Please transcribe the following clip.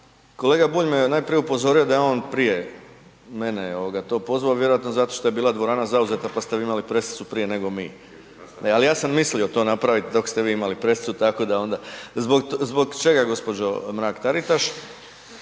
kolega Bulj me najprije upozorio da je on prije mene to pozvao vjerojatno zato što je bila dvorana zauzeta pa sve vi imali presicu prije nego mi, ali ja sam mislio to napraviti dok ste vi imali presicu tako da onda, zbog čega g. Mrak-Taritaš?